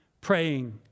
praying